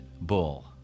bull